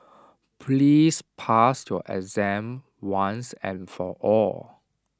please pass your exam once and for all